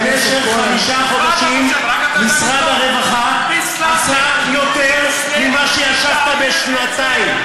במשך חמישה חודשים משרד הרווחה עשה יותר ממה שישבת בשנתיים.